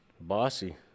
Bossy